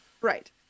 Right